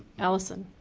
alison?